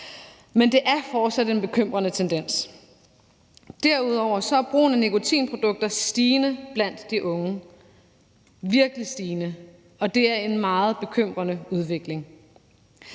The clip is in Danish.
Men det er fortsat en bekymrende tendens. Derudover er brugen af nikotinprodukter stigende blandt de unge – virkelig stigende – og det er en meget bekymrende udvikling.